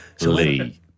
Lee